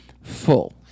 full